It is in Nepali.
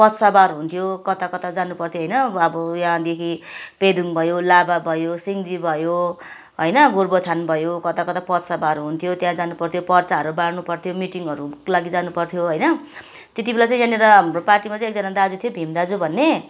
पथसभाहरू हुन्थ्यो कता कता जानु पर्थ्यो होइन अब यहाँदेखि पेदोङ भयो लाभा भयो सिङ्जी भयो होइन गोरूबथान भयो कता कता पथसभाहरू हुन्थ्यो त्यहाँ जानु पर्थ्यो पर्चाहरू बाँड्नु पर्थ्यो मिटिङहरूको लागि जानु पर्थ्यो होइन त्यति बेला चाहिँ यहाँनिर हाम्रो पार्टीमा चाहिँ एकजना दाजु थियो भिम दाजु भन्ने